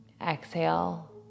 Exhale